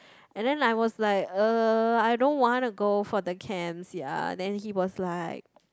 and then I was like uh I don't wanna go for the camps ya then he was like